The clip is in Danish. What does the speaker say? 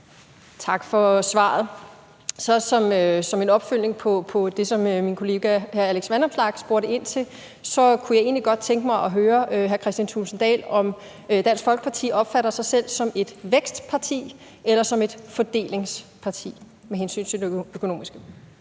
Tak for svaret. Som en opfølgning på det, som min kollega hr. Alex Vanopslagh spurgte ind til, kunne jeg egentlig godt tænke mig at høre hr. Kristian Thulesen Dahl, om Dansk Folkeparti opfatter sig selv som et vækstparti eller som et fordelingsparti på det økonomiske